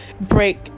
break